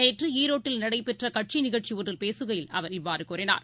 நேற்றுஈரோட்டில் நடைபெற்றகட்சிநிகழ்ச்சிஒன்றில் பேசுகையில் அவர் இவ்வாறுகூறினார்